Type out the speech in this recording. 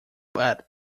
but